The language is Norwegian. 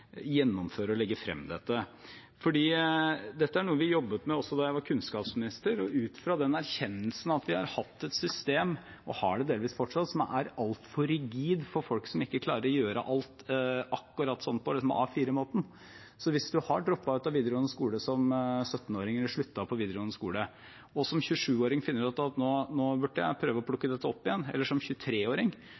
gjennomføre og legge frem dette. Dette er noe vi jobbet med også da jeg var kunnskapsminister, ut fra den erkjennelsen at vi har hatt et system – og har det delvis fortsatt – som er altfor rigid for folk som ikke klarer å gjøre alt på A4-måten. Hvis man har droppet ut av videregående skole som 17-åring, eller sluttet på videregående skole, og som 23- eller 27-åring finner ut at man burde prøve å plukke det opp igjen,